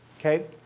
ok?